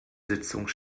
sitzung